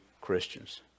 Christians